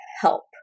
help